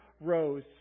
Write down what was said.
rose